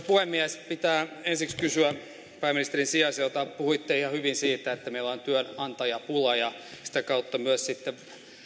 puhemies pitää ensiksi kysyä pääministerin sijaiselta puhuitte ihan hyvin siitä että meillä on työnantajapula ja sitä kautta myös sitten